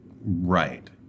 Right